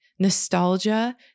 nostalgia